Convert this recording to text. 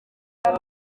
ati